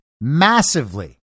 massively